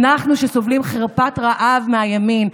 אנחנו, שסובלים חרפת רעב מהימין.